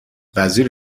وزیر